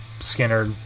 Skinner